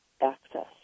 access